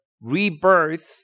rebirth